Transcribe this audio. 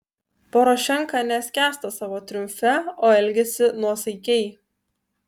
porošenka neskęsta savo triumfe o elgiasi nuosaikiai